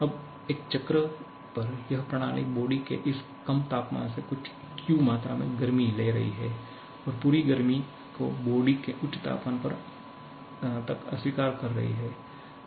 अब एक चक्र पर यह प्रणाली बॉडी के इस कम तापमान से कुछ Q मात्रा में गर्मी ले रही है और पूरी गर्मी को बॉडी के उच्च तापमान तक अस्वीकार कर रही है